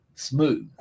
Smooth